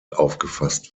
aufgefasst